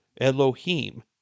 Elohim